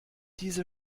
diese